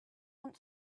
want